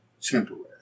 temporary